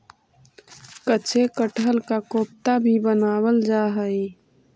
कच्चे कटहल का कोफ्ता भी बनावाल जा हई